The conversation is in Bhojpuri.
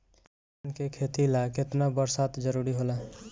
धान के खेती ला केतना बरसात जरूरी होला?